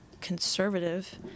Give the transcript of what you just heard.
conservative